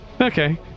Okay